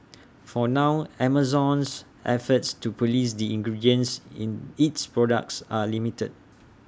for now Amazon's efforts to Police the ingredients in its products are limited